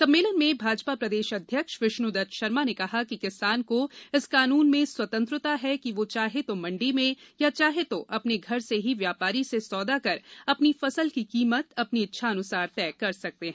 सम्मेलन में भाजपा प्रदेश अध्यक्ष विष्णु दत्त शर्मा ने कहा कि किसान को इस कानून में स्वतंत्रता है कि वो चाहे तो मंडी में या चाहे तो अपने घर से ही व्यापारी से सौदा कर अपनी फसल की कीमत अपनी इच्छान्सार तय कर सकते हैं